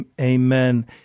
Amen